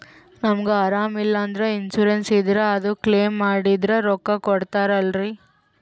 ನಮಗ ಅರಾಮ ಇಲ್ಲಂದ್ರ ಇನ್ಸೂರೆನ್ಸ್ ಇದ್ರ ಅದು ಕ್ಲೈಮ ಮಾಡಿದ್ರ ರೊಕ್ಕ ಕೊಡ್ತಾರಲ್ರಿ?